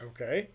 Okay